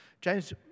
James